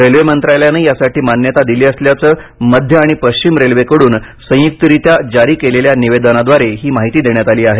railway मंत्रालयानं यासाठी मान्यता दिली असल्याचं मध्य आणि पश्चिम रेल्वेनं संयुक्तरित्या जारी केलेल्या निवेदनाद्वारे ही माहिती देण्यात आली आहे